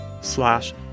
slash